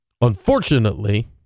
Unfortunately